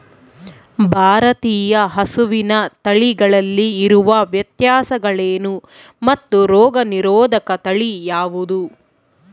ಭಾರತೇಯ ಹಸುವಿನ ತಳಿಗಳಲ್ಲಿ ಇರುವ ವ್ಯತ್ಯಾಸಗಳೇನು ಮತ್ತು ರೋಗನಿರೋಧಕ ತಳಿ ಯಾವುದು?